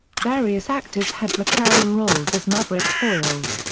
various actors had recurring roles as maverick foils,